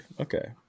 Okay